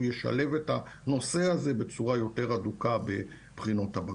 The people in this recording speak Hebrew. ישלב את הנושא הזה בצורה יותר הדוקה בבחינות הבגרות.